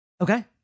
Okay